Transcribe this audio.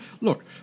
Look